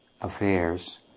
affairs